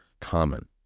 common